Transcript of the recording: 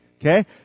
okay